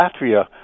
Latvia